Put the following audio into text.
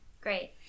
Great